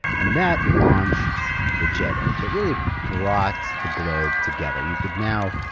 and that launched the jet age. it really brought the globe together. you could now,